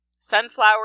sunflower